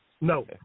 No